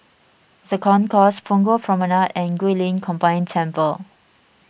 the Concourse Punggol Promenade and Guilin Combined Temple